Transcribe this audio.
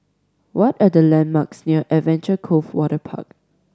what are the landmarks near Adventure Cove Waterpark